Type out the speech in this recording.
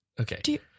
Okay